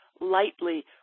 lightly